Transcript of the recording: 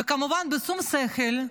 וכמובן בשום שכל.